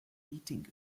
eating